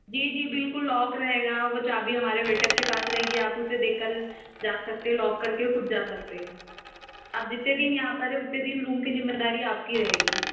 जी जी बिलकुल लॉक रहेगा वो चाबी हमारे वेटर के पास रहेंगी आप उसे दे कर जा सकते हैं लॉक करके खुद जा सकते हैं आप जितने दिन यहाँ पर हैं उतने दिन रूम की जिम्मेदारी आपकी रहेगी